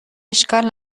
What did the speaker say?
اشکال